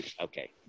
Okay